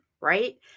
right